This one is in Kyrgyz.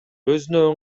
өзүнө